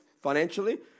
financially